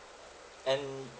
end